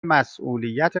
مسئولیت